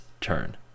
turn